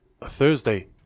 Thursday